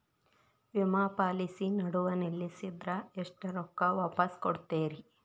ವಿಮಾ ಪಾಲಿಸಿ ನಡುವ ನಿಲ್ಲಸಿದ್ರ ಎಷ್ಟ ರೊಕ್ಕ ವಾಪಸ್ ಕೊಡ್ತೇರಿ?